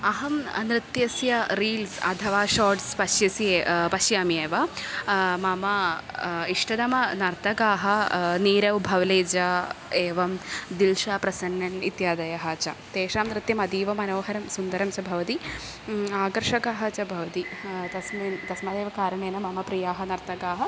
अहं नृत्यस्य रील्स् अथवा शार्ट्स् पश्यसि ए पश्यामि एव मम इष्टतमनर्तकाः नीरौ भौव्लेजा एवं दिल्शा प्रसन्नन् इत्यादयः च तेषां नृत्यम् अतीवमनोहरं सुन्दरं च भवति आकर्षकः च भवति तस्मिन् तस्मादेव कारणेन मम प्रियाः नर्तकाः